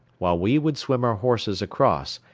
while we would swim our horses across,